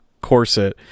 corset